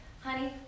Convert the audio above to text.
Honey